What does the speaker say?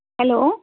hello